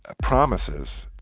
ah promises,